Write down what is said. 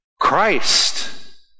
Christ